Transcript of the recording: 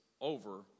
over